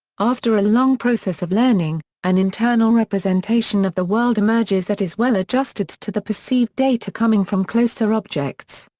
after a long process of learning, an internal representation of the world emerges that is well-adjusted to the perceived data coming from closer objects.